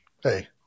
hey